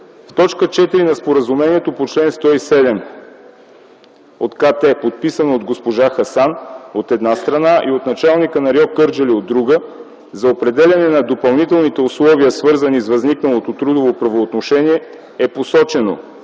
В т. 4 на споразумението по чл. 107 от КТ, подписан от госпожа Хасан, от една страна, и от началника на РИО Кърджали, от друга, за определяне на допълнителните условия, свързани с възникналото трудово правоотношение, е посочено,